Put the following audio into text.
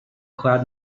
cloud